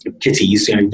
kitties